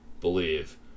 believe